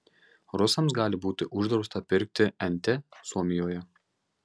rusams gali būti uždrausta pirkti nt suomijoje